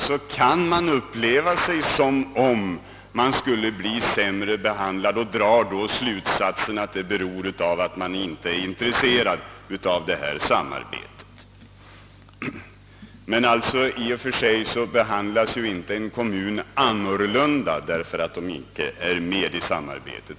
Och då upplever man kanske detta som om man skulle bli sämre behandlad än andra och drar den slutsatsen, att det beror på att man inte visat sig intresserad av det interkommunala samarbetet. En kommun behandlas alltså inte annorlunda, därför att den inte är med i detta samarbete.